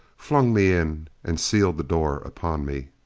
flung me in and sealed the door upon me.